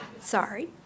Sorry